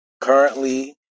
currently